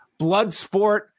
Bloodsport